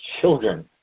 children